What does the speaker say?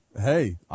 Hey